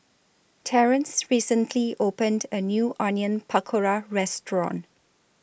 Terence recently opened A New Onion Pakora Restaurant